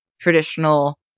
traditional